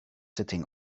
sitting